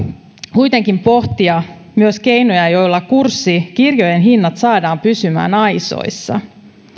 kuitenkin pohtia myös keinoja joilla kurssikirjojen hinnat saadaan pysymään aisoissa